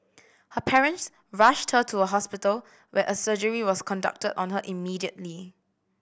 her parents rushed her to a hospital where a surgery was conducted on her immediately